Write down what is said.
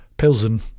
Pilsen